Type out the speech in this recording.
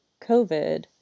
covid